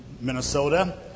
Minnesota